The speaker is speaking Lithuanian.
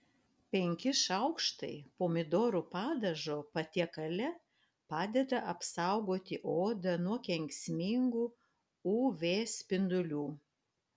penki šaukštai pomidorų padažo patiekale padeda apsaugoti odą nuo kenksmingų uv spindulių